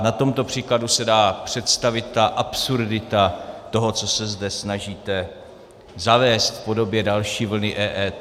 Na tomto příkladu se dá představit ta absurdita toho, co se zde snažíte zavést v podobě další vlny EET.